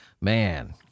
Man